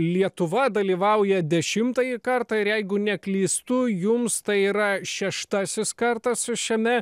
lietuva dalyvauja dešimtąjį kartą ir jeigu neklystu jums tai yra šeštasis kartas su šiame